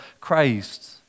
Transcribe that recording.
Christ